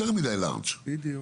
ועוד הייתי לארג' בזה שנתתי חודש.